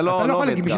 אתה לא יכול להגיב.